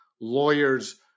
lawyers